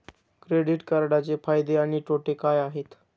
Credit कार्डचे फायदे आणि तोटे काय आहेत?